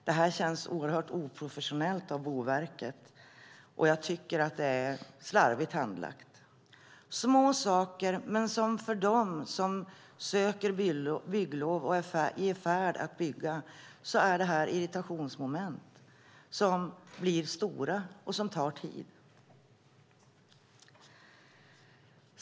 Det här känns oerhört oprofessionellt av Boverket. Jag tycker att det är slarvigt handlagt. Det kan tyckas vara små saker, men för dem som söker bygglov och är i färd med att bygga är det här irritationsmoment som tar tid.